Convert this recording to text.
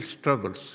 struggles